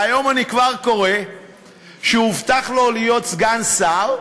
והיום אני כבר קורא שהובטח לו להיות סגן שר,